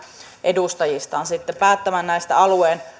edustajistaan päättämään sitten näistä alueen